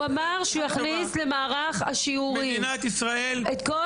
הוא אמר שהוא יכניס למערך השיעורים את כל